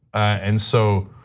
and so,